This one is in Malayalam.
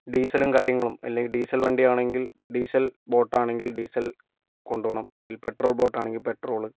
ഡീസലും കാര്യങ്ങളും അല്ലെങ്കിൽ ഡീസൽ വണ്ടി ആണെങ്കിൽ ഡീസൽ ബോട്ടാണെങ്കിൽ ഡീസൽ കൊണ്ടുപോകണം അല്ലെങ്കിൽ പെട്രോൾ ബോട്ടാണെങ്കിൽ പെട്രോൾ